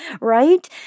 Right